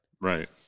right